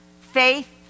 faith